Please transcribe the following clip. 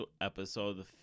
episode